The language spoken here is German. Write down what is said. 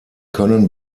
können